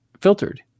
filtered